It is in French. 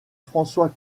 françois